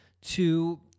to-